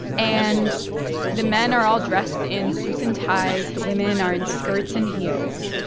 and the men are all dressed in suits and ties. the women are in skirts and heels.